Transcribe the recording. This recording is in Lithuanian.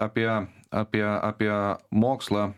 apie apie apie mokslą